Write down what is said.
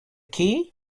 key